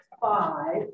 five